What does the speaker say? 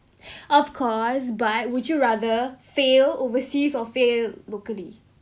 of course but would you rather fail overseas or fail locally